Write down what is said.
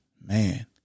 man